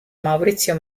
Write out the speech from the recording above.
maurizio